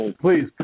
Please